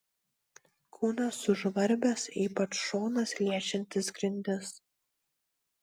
kūnas sužvarbęs ypač šonas liečiantis grindis